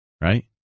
right